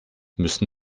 müssen